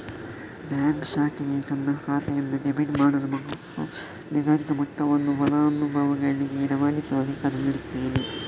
bank ಶಾಖೆಗೆ ತನ್ನ ಖಾತೆಯನ್ನು ಡೆಬಿಟ್ ಮಾಡಲು ಮತ್ತು ನಿಗದಿತ ಮೊತ್ತವನ್ನು ಫಲಾನುಭವಿಗೆ ರವಾನಿಸಲು ಅಧಿಕಾರ ನೀಡುತ್ತಾನೆ